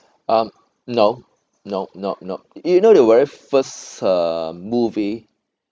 um no no no no you know the very first uh movie